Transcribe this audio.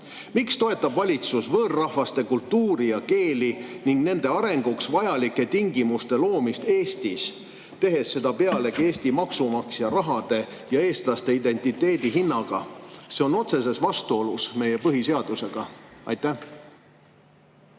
Miks toetab valitsus võõrrahvaste kultuuri ja keeli ning nende arenguks vajalike tingimuste loomist Eestis, tehes seda pealegi Eesti maksumaksja raha eest ja eestlaste identiteedi hinnaga? See on otseses vastuolus meie põhiseadusega. Aitäh!